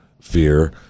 Fear